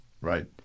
Right